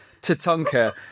Tatanka